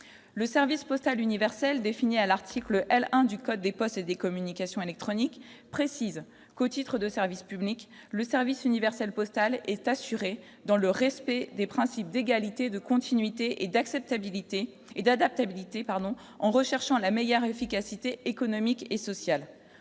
le service postal universel défini à l'article L-1 du Code des postes et des communications électroniques précise qu'au titre de service public, le service universel postal est assurée dans le respect des principes d'égalité de continuité et d'acceptabilité et d'adaptabilité pardon en recherchant la meilleure efficacité économique et sociale,